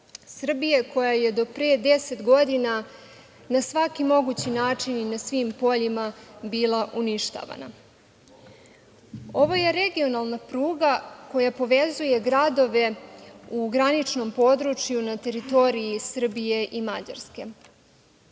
Srbije koja je do pre 10 godina na svaki mogući način i na svim poljima bila uništavana. Ovo je regionalna pruga koja povezuje gradove u graničnom području na teritoriji Srbije i Mađarske.